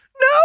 No